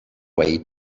way